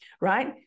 right